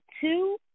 two